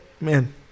man